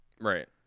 Right